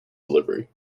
delivery